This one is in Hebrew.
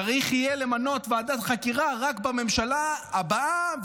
צריך יהיה למנות ועדת חקירה רק בממשלה הבאה,